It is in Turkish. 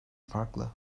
farklı